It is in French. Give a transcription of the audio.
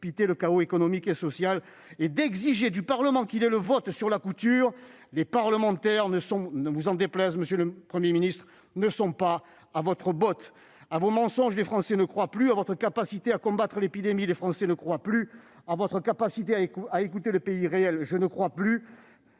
le chaos économique et social, et d'exiger du Parlement qu'il ait le vote sur la couture du pantalon. Les parlementaires ne sont pas, ne vous en déplaise, à votre botte ! À vos mensonges, les Français ne croient plus. À votre capacité à combattre l'épidémie, les Français ne croient plus. À votre capacité à écouter le pays réel, je ne crois plus.